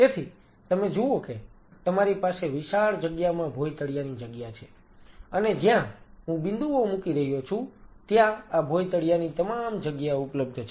તેથી તમે જુઓ કે તમારી પાસે વિશાળ જથ્થામાં ભોયતળીયાની જગ્યા છે અને જ્યાં હું બિંદુઓ મૂકી રહ્યો છું ત્યાં આ ભોયતળીયાની તમામ જગ્યા ઉપલબ્ધ છે